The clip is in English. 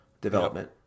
development